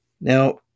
Now